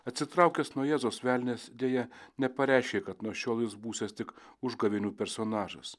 atsitraukęs nuo jėzaus velnias deja nepareiškė kad nuo šiol jis būsiąs tik užgavėnių personažas